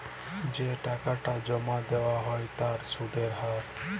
যে টাকাটা জমা দেয়া হ্য় তার সুধের হার